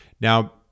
Now